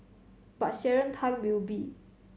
but Sharon Tan will be